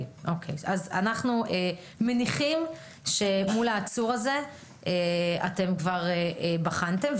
אז אנחנו מניחים שמול העצור הזה אתם כבר בחנתם,